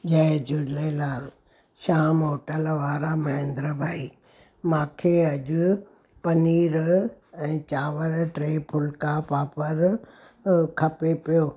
जय Jhulelal Shyam hotel वारा महेंद्र भाई मूंखे अॼु पनीर ऐं चांवर टे फुल्का पापड़ु खपे पियो